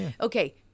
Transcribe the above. okay